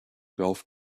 golf